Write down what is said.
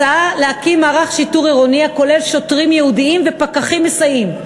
הצעה להקים מערך שיטור עירוני הכולל שוטרים ייעודיים ופקחים מסייעים.